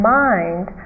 mind